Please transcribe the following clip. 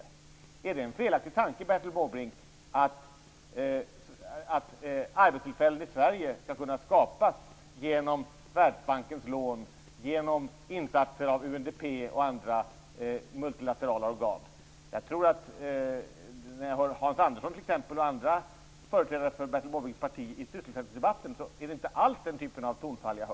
Är det en felaktig tanke, Bertil Måbrink, att arbetstillfällen i Sverige skall kunna skapas genom Världsbankens lån, genom insatser av UNDP och andra multilaterala organ? När jag hör t.ex. Hans Andersson och andra företrädare för Bertil Måbrinks parti i sysselsättningsdebatten hör jag inte det tonfallet.